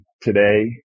today